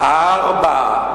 ארבעה.